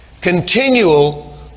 Continual